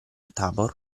tabor